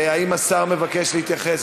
האם השר מבקש להתייחס?